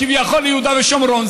כביכול ליהודה ושומרון.